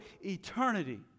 eternity